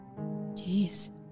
Jeez